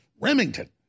Remington